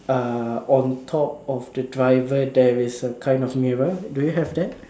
uh on top of the driver there is a kind of mirror do you have that